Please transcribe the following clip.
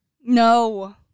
No